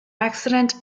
accident